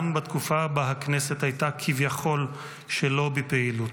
גם בתקופה שבה הכנסת הייתה כביכול שלא בפעילות.